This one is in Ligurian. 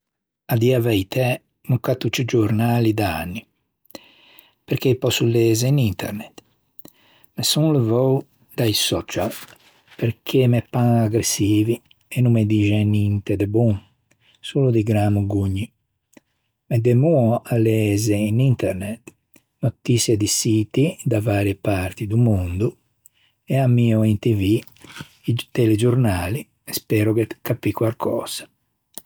À dî a veitæ no accatto ciù giornali da anni perché î pòsso leze in internet. Me son levou da-i social perché me pan aggressivi e no me dixen ninte de bon. Son di gran mogogni. Me demoo à leze in internet notiçie di siti da varie parti do mondo e ammio in tv i telegiornali e spero de capî quarcösa.